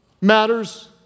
matters